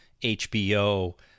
HBO